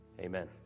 Amen